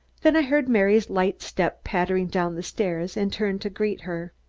then i heard mary's light step pattering down the stairs and turned to greet her.